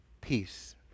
peace